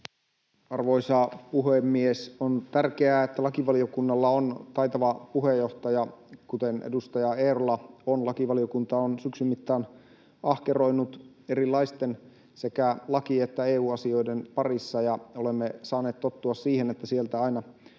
Arvoisa puhemies! On tärkeää, että lakivaliokunnalla on taitava puheenjohtaja, kuten edustaja Eerola on. Lakivaliokunta on syksyn mittaan ahkeroinut erilaisten sekä laki- että EU-asioiden parissa, ja olemme saaneet tottua siihen, että sieltä aina